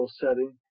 setting